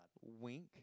wink